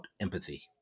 empathy